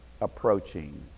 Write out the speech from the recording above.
approaching